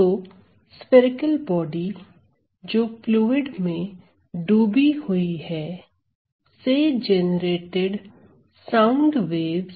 तो spherical body जो fluid में डूबी हुई है से जेनरेटेड साउंड वेव्स